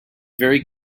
very